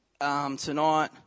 tonight